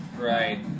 right